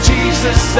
Jesus